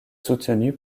soutenue